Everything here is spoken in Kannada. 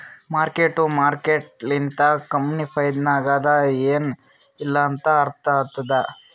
ಮಾರ್ಕ್ ಟು ಮಾರ್ಕೇಟ್ ಲಿಂತ ಕಂಪನಿ ಫೈದಾನಾಗ್ ಅದಾ ಎನ್ ಇಲ್ಲಾ ಅಂತ ಅರ್ಥ ಆತ್ತುದ್